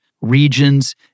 regions